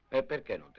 advocate